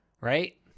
right